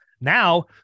Now